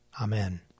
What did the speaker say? Amen